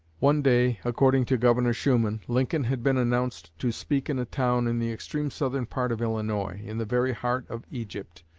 one day, according to governor shuman, lincoln had been announced to speak in a town in the extreme southern part of illinois, in the very heart of egypt,